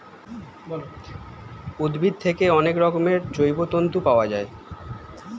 উদ্ভিদ থেকে অনেক রকমের জৈব তন্তু পাওয়া যায়